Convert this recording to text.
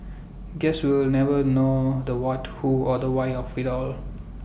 guess we'll never know the what who or the why of IT all